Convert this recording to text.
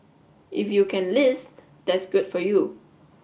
if you can list that's good for you